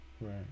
Right